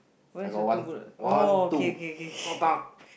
I got one one two